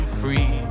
free